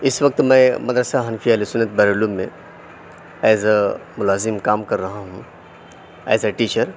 اس وقت میں مدرسہ حنفیہ اہل سنت بحر العلوم میں ایز اے ملازم کام کر رہا ہوں ایز اے ٹیچر